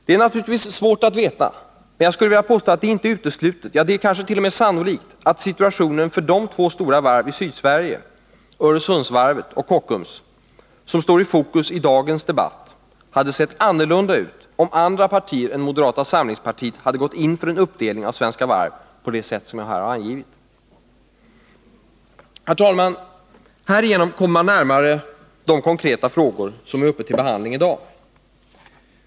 Det är naturligtvis svårt att veta, men jag skulle vilja påstå att det inte är uteslutet — ja, det kanske t.o.m. är sannolikt — att situationen för de två stora varv i Sydsverige, Öresundsvarvet och Kockums, som står i fokus i dagens debatt hade sett anorlunda ut, om andra partier än moderata samlingspartiet hade gått in för en uppdelning av Svenska Varv på det sätt jag här har angivit. Härigenom kommer man närmare de konkreta frågor som är uppe till behandling i dag.